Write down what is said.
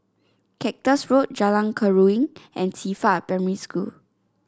Cactus Road Jalan Keruing and Qifa Primary School